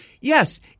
yes